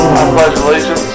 Congratulations